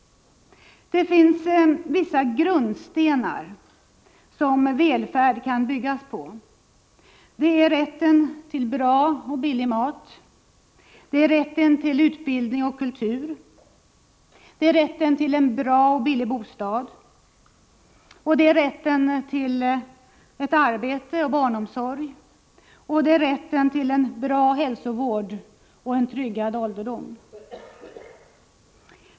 Det finns vissa grundstenar som välfärd kan byggas på. Det är rätten till bra och billig mat, det är rätten till utbildning och kultur, det är rätten till en bra och billig bostad. Det är rätten till ett arbete och barnomsorg, och det är rätten till god hälsovård och en tryggad ålderdom.